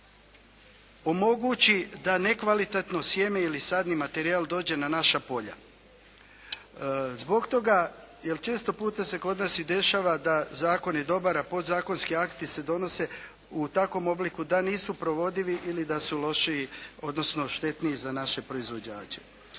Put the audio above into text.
omogući da nekvalitetno sjeme ili sadni materijal dođe na naša polja. Zbog toga jer često puta se kod nas i dešava da zakon je dobar, a podzakonski akti se donose u takvom obliku da nisu provodivi ili da su lošiji odnosno štetniji za naše proizvođače.